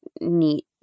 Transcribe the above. neat